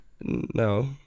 No